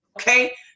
Okay